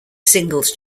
singles